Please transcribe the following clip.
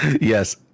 Yes